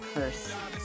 Curse